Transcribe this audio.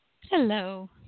Hello